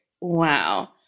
Wow